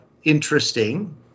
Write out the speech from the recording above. Interesting